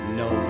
no